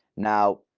now,